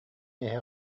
эһэ